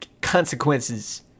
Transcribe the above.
consequences